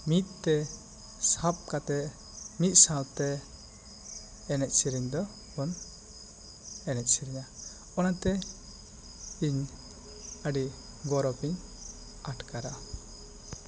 ᱢᱤᱫ ᱛᱮ ᱥᱟᱵ ᱠᱟᱛᱮᱜ ᱢᱤᱫ ᱥᱟᱶ ᱛᱮ ᱮᱱᱮᱡ ᱥᱮᱨᱮᱧ ᱫᱚ ᱵᱚᱱ ᱮᱱᱮᱡ ᱥᱮᱨᱮᱧᱟ ᱚᱱᱟ ᱛᱮ ᱤᱧ ᱟᱹᱰᱤ ᱜᱚᱨᱚᱵᱽ ᱤᱧ ᱟᱴᱠᱟᱨᱟ